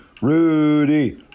Rudy